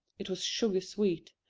it was sugar-sweet.